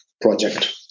project